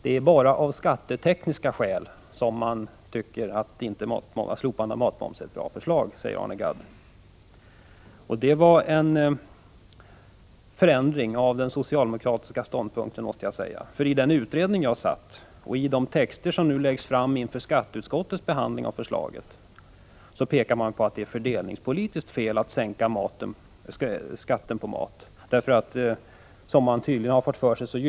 Det är bara av skattetekniska skäl som man tycker att slopande av matmomsen inte är något bra förslag, sade Arne Gadd. Det var en förändring av den socialdemokratiska ståndpunkten, måste jag säga, för i den utredning där jag deltog och i de texter som lagts fram inför skatteutskottets behandling av förslaget pekar man på att det är fördelningspolitiskt fel att sänka skatten på mat.